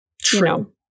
True